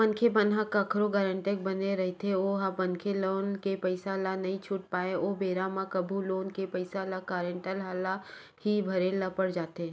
मनखे मन ह कखरो गारेंटर बने रहिथे ओ मनखे लोन के पइसा ल नइ छूट पाय ओ बेरा म कभू लोन के पइसा ल गारेंटर ल ही भरे ल पड़ जाथे